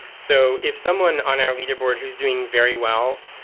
so if someone on our leaderboard who's doing very well,